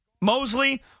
Mosley